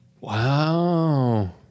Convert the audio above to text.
Wow